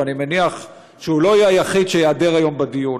ואני מניח שהוא לא יהיה היחיד שייעדר היום מהדיון.